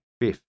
fifth